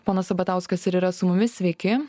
ponas sabatauskas ir yra su mumis sveiki